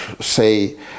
say